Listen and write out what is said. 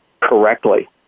correctly